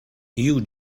you